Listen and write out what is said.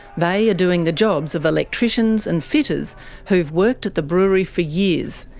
but yeah doing the jobs of electricians and fitters who have worked at the brewery for years,